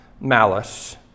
malice